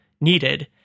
needed